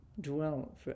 dwell